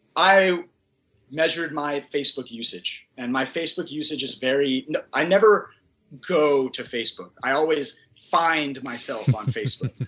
i measured my facebook usage and my facebook usage is very i never go to facebook. i always find myself on facebook